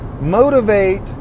motivate